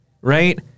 right